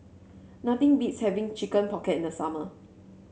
nothing beats having Chicken Pocket the summer